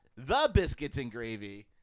thebiscuitsandgravy